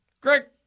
Greg